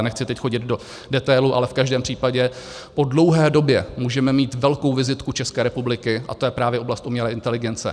Nechci teď chodit do detailů, ale v každém případě po dlouhé době můžeme mít velkou vizitku České republiky a tou je právě oblast umělé inteligence.